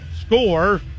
score